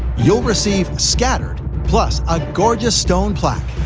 you'll received scattered plus a gorgeous stone plaque,